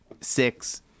six